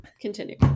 Continue